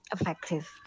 effective